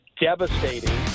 devastating